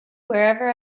wherever